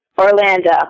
Orlando